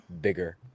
bigger